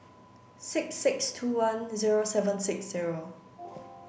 six six two one zero seven six zero